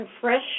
fresh